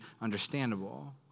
understandable